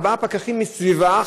ארבעה פקחים סביבה,